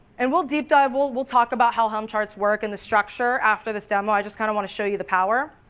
and we'll deep dive, we'll we'll talk about how home charts work and the structure after this demo, i kind of want to show you the power.